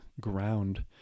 ground